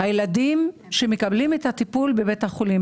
הילדים שמקבלים את הטיפול בבית החולים.